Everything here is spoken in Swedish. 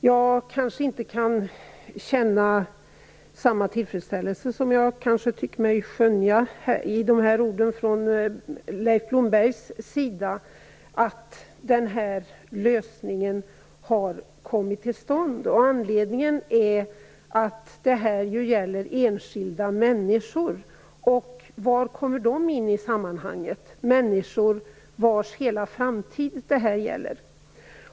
Jag kan kanske inte känna samma tillfredsställelse som jag tycker mig skönja i orden från Leif Blomberg om att denna lösning har kommit till stånd. Det här gäller ju enskilda människor. Var kommer de in i sammanhanget? Det här gäller dessa människors hela framtid.